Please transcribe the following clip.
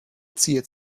ziert